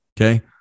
Okay